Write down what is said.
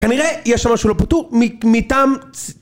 כנראה יש שם משהו לא פתור מטעם...